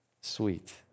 Sweet